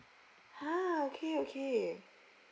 ha okay okay